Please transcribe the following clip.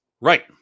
Right